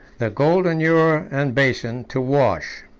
the golden ewer and basin, to wash.